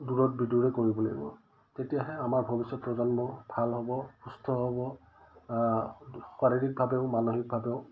দূৰত বি দূৰে কৰিব লাগিব তেতিয়াহে আমাৰ ভৱিষ্যত প্ৰজন্ম ভাল হ'ব সুস্থ হ'ব শাৰীৰিকভাৱেও মানসিকভাৱেও